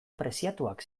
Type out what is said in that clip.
preziatuak